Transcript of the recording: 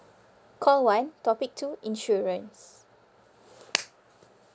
call one topic two insurance